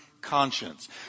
conscience